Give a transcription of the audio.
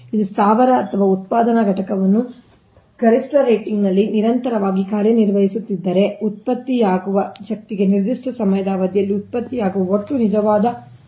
ಇದು ಸ್ಥಾವರ ಅಥವಾ ಉತ್ಪಾದನಾ ಘಟಕವನ್ನು ಗರಿಷ್ಠ ರೇಟಿಂಗ್ನಲ್ಲಿ ನಿರಂತರವಾಗಿ ಕಾರ್ಯನಿರ್ವಹಿಸುತ್ತಿದ್ದರೆ ಉತ್ಪತ್ತಿಯಾಗುವ ಶಕ್ತಿಗೆ ನಿರ್ದಿಷ್ಟ ಸಮಯದ ಅವಧಿಯಲ್ಲಿ ಉತ್ಪತ್ತಿಯಾಗುವ ಒಟ್ಟು ನಿಜವಾದ ಶಕ್ತಿಯ ಅನುಪಾತವಾಗಿದೆ